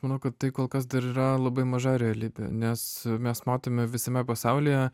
manau kad tai kol kas dar yra labai maža realybė nes mes matome visame pasaulyje